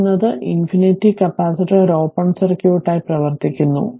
T എന്നത് ∞ capacitor ഒരു open സർക്യൂട്ടായി പ്രവർത്തിക്കുന്നു